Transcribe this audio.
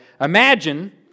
Imagine